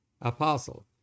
apostle